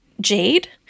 Jade